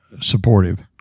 supportive